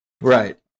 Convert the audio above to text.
right